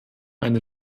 eine